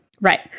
Right